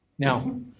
Now